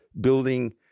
building